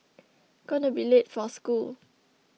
gonna be late for school